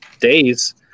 days